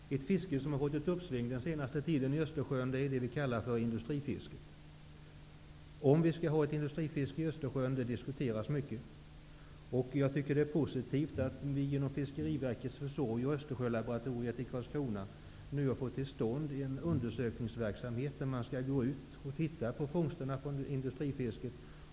Ett fiske som har fått ett uppsving under den senaste tiden i Östersjön är det s.k. industrifisket. Det diskuteras mycket huruvida vi skall ha ett industrifiske i Östersjön. Jag tycker att det är positivt att Fiskeriverket och Östersjölaboratoriet i Karlskrona nu har fått till stånd en verksamhet där man skall undersöka fångsterna från industrifisket.